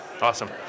Awesome